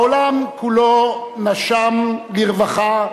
העולם כולו נשם לרווחה,